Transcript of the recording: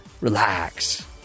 relax